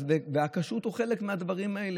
והכשרות היא חלק מהדברים האלה.